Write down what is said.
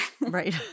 Right